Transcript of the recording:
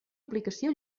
aplicació